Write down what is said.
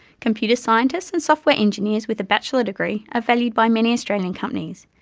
computer scientists and software engineers with a bachelor degree are valued by many australian companies,